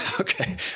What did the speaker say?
Okay